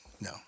No